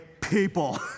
people